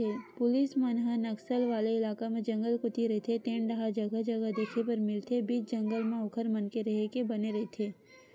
police मन ह नक्सल वाले इलाका म जंगल कोती रहिते तेन डाहर जगा जगा देखे बर मिलथे बीच जंगल म ओखर मन के रेहे के बने रहिथे